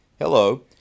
Hello